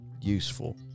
Useful